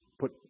put